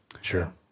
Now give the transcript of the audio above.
Sure